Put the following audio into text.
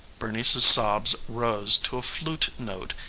bernice's sobs rose to a flute note,